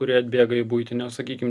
kurie atbėga į buitinio sakykim